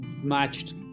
matched